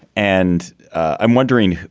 and i'm wondering,